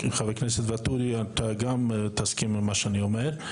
חבר הכנסת ואטורי אתה גם תסכים עם מה שאני אומר.